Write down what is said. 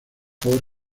por